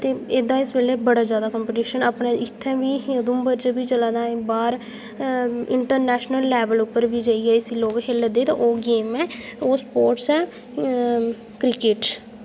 बाह्र जाइयै बी खेढा दे एह्दा बड़ा बड्डा कॉम्पीटिशन ऐ साढ़े अपमे खेत्तरा च ऐ बी ऐ ते अग्गे चलियै बी होना इत्थै बी साढ़े ऊधमपुर च बी लोक खेढा दे न ते इंटरनैशनल लैबल पर बी जाइयै लोक इसी खेला दे न ते ओह् गेम ऐ किक्रेट